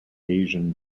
asian